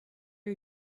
you